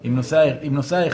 --- עם נוסע אחד.